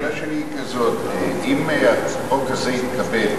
השאלה שלי היא כזאת: אם החוק הזה יתקבל,